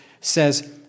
says